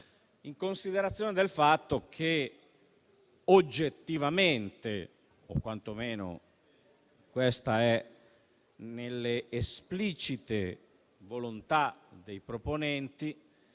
in considerazione del fatto che oggettivamente - o, quantomeno, questo è nelle esplicite volontà dei proponenti